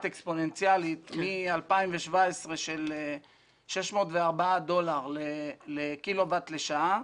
אקספוננציאלית מ-2017 של 604 דולר קילו-ואט לשעה